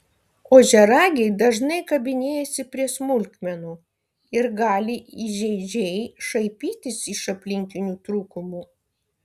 ožiaragiai dažnai kabinėjasi prie smulkmenų ir gali įžeidžiai šaipytis iš aplinkinių trūkumų